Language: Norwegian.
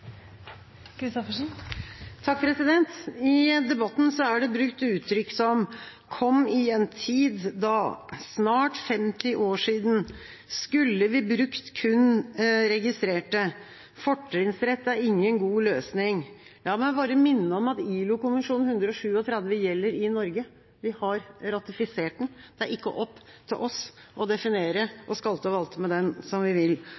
en tid da», «snart 50 år siden», skulle vi brukt kun registrerte, «fortrinnsrett er ikke en god løsning». La meg bare minne om at ILO-konvensjon 137 gjelder i Norge. Vi har ratifisert den. Det er ikke opp til oss å definere og skalte og valte med den som vi vil.